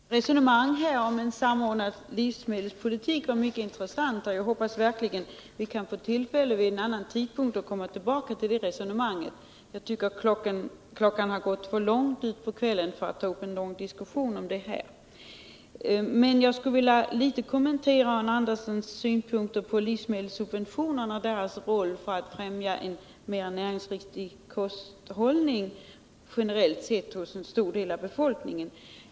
Herr talman! Arne Anderssons resonemang om en samordnad livsmedelspolitik var mycket intressant. Jag hoppas verkligen att vi får tillfälle att komma tillbaka till det resonemanget. Det är väl sent att nu ta upp en längre diskussion om det. Jag skulle ändå något vilja kommentera Arne Anderssons synpunkter på livsmedelssubventionernas roll när det gäller att generellt främja en mer näringsriktig kosthållning hos en stor del av befolkningen.